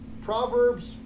Proverbs